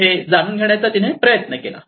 हे जाणून घेण्याचे तिने प्रयत्न केले